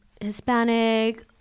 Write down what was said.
hispanic